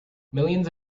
millions